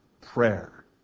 prayer